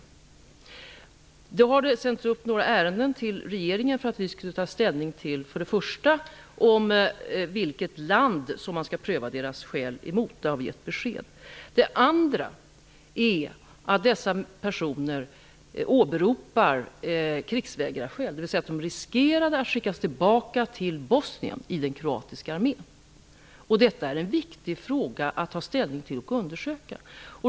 Några ärenden har sänts till regeringen. Vi skulle först och främst ta ställning till vilket land som skälen skulle prövas gentemot. Det har vi gett besked om. Dessa personer åberopar krigsvägrarskäl, dvs. att de riskerar att skickas tillbaka till den kroatiska armén i Bosnien. Det är en viktig fråga att ta ställning till och undersöka.